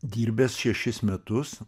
dirbęs šešis metus